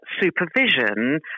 supervision